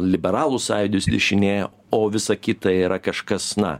liberalų sąjūdis dešinė o visa kita yra kažkas na